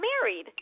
married